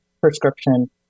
prescription